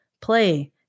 play